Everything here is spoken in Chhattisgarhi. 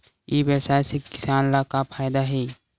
ई व्यवसाय से किसान ला का फ़ायदा हे?